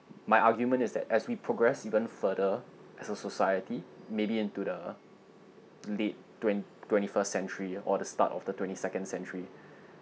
my argument is that as we progress even further as a society maybe into the late twen~ twenty-first century or the start of the twenty-second century